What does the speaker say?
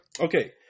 Okay